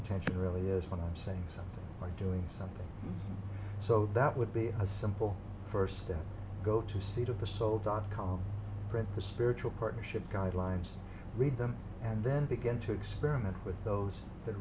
tension really is when i'm saying something like doing something so that would be a simple first step go to seat of the soul dot com print the spiritual partnership guidelines read them and then begin to experiment with those that